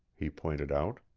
he pointed out.